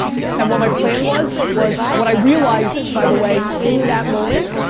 yeah and what my plan was, was what i realized, by the way, in that moment,